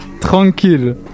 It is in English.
Tranquille